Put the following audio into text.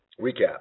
recap